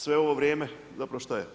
Sve ovo vrijeme zapravo što je?